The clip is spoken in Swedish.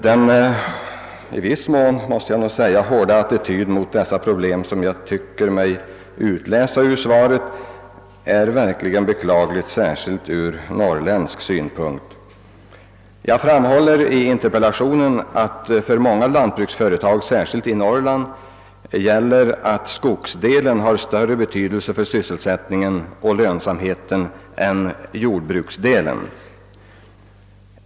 Den ganska hårda attityd mot deras problem som jag tycker mig utläsa ur svaret är verkligen beklaglig. Jag framhåller i interpellationen att det för »många företag, särskilt i Norrland, gäller att skogsdelen har större betydelse för sysselsättning och lönsamhet än jordbruksdelen».